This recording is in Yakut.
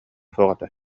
суоҕа